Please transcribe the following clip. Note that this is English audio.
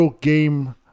game